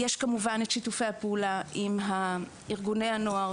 יש כמובן את שיתופי הפעולה עם ארגוני הנוער,